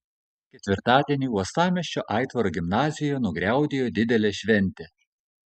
ketvirtadienį uostamiesčio aitvaro gimnazijoje nugriaudėjo didelė šventė